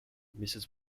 mrs